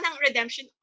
redemption